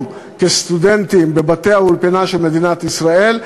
כסטודנטים בבתי-האולפנה של מדינת ישראל,